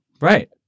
Right